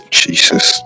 jesus